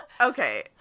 Okay